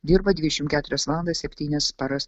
dirba dvidešimt keturias valandas septynias paras